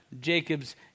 Jacob's